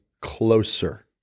closer